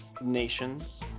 nations